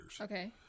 okay